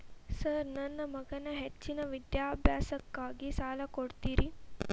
Sir ನನ್ನ ಮಗನ ಹೆಚ್ಚಿನ ವಿದ್ಯಾಭ್ಯಾಸಕ್ಕಾಗಿ ಸಾಲ ಕೊಡ್ತಿರಿ?